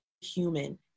human